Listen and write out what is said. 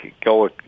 go